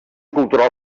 cultural